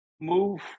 move